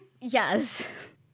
Yes